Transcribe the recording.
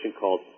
called